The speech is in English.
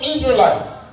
Israelites